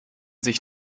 sich